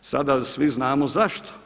sada svi znamo zašto.